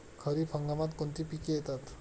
खरीप हंगामात कोणती पिके येतात?